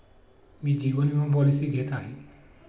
मी जीवन विमा पॉलिसी घेत आहे